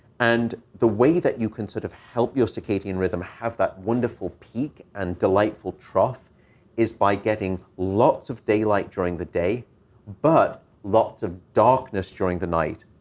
and the way that you can sort of help your circadian rhythm have that wonderful peak and delightful trough is by getting lots of daylight during the day but lots of darkness during the night.